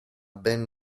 ben